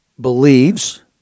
believes